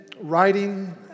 writing